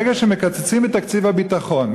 ברגע שמקצצים את תקציב הביטחון,